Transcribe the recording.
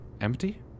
Empty